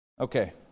Okay